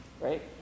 right